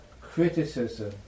criticism